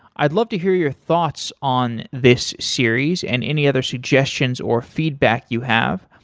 i'd love to hear your thoughts on this series and any other suggestions or feedback you have.